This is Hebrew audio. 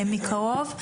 מקרוב.